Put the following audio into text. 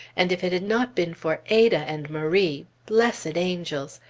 and if it had not been for ada and marie! blessed angels!